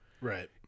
Right